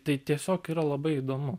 tai tiesiog yra labai įdomu